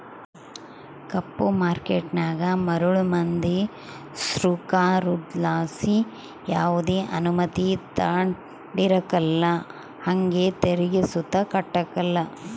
ಕಪ್ಪು ಮಾರ್ಕೇಟನಾಗ ಮರುಳು ಮಂದಿ ಸೃಕಾರುದ್ಲಾಸಿ ಯಾವ್ದೆ ಅನುಮತಿ ತಾಂಡಿರಕಲ್ಲ ಹಂಗೆ ತೆರಿಗೆ ಸುತ ಕಟ್ಟಕಲ್ಲ